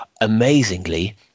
Amazingly